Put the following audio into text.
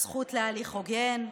הזכות להליך הוגן,